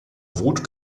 wut